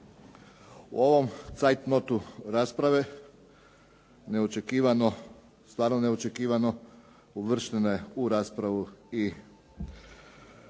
U ovom zeitnotu rasprave neočekivano, stvarno neočekivano, uvrštene u raspravu i